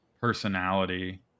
personality